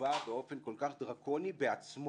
יקבע באופן כל כך דרקוני בעצמו